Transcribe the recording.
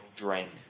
drank